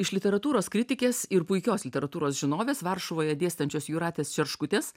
iš literatūros kritikės ir puikios literatūros žinovės varšuvoje dėstančios jūratės čerškutės